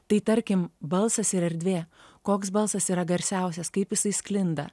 tai tarkim balsas ir erdvė koks balsas yra garsiausias kaip jisai sklinda